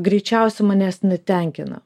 greičiausia manęs netenkina